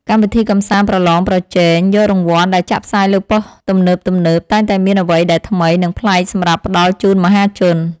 កម្មវិធីកម្សាន្តប្រឡងប្រជែងយករង្វាន់ដែលចាក់ផ្សាយលើប៉ុស្តិ៍ទំនើបៗតែងតែមានអ្វីដែលថ្មី និងប្លែកសម្រាប់ផ្តល់ជូនមហាជន។